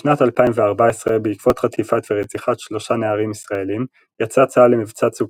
בשנת 2014 בעקבות חטיפת ורציחת שלושה נערים ישראלים יצא צה"ל למבצע צוק